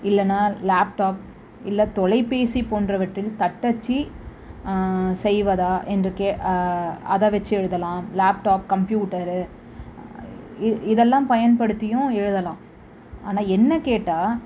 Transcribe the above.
இல்லைன்னா லேப்டாப் இல்லை தொலைபேசி போன்றவற்றில் தட்டச்சு செய்வதாக என்ற கே அதை வச்சு எழுதலாம் லேப்டாப் கம்ப்யூட்டரு இது இதெல்லாம் பயன்படுத்தியும் எழுதலாம் ஆனால் என்னை கேட்டால்